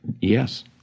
Yes